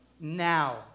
now